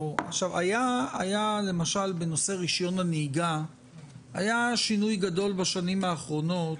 בנושא רישיון הנהיגה היה שינוי גדול בשנים האחרונות